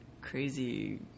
crazy